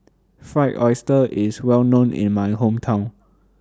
Fried Oyster IS Well known in My Hometown